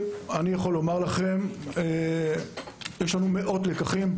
לקחים, מאות לקחים.